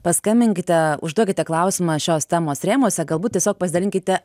paskambinkite užduokite klausimą šios temos rėmuose galbūt tiesiog pasidalinkite